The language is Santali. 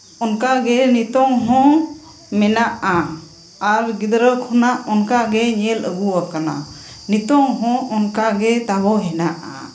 ᱚᱱᱠᱟᱜᱮ ᱱᱤᱛᱚᱜ ᱦᱚᱸ ᱢᱮᱱᱟᱜᱼᱟ ᱟᱨ ᱜᱤᱫᱽᱨᱟᱹ ᱠᱷᱚᱱᱟᱜ ᱚᱱᱠᱟᱜᱮ ᱧᱮᱞ ᱟᱹᱜᱩ ᱟᱠᱟᱱᱟ ᱱᱤᱛᱚᱜᱦᱚᱸ ᱚᱱᱠᱟᱜᱮ ᱛᱟᱵᱚᱱ ᱦᱮᱱᱟᱜᱼᱟ